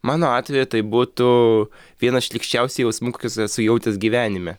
mano atveju tai būtų vienas šlykščiausių jausmų kokius esu jautęs gyvenime